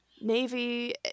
navy